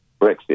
Brexit